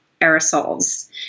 aerosols